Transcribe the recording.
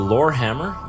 Lorehammer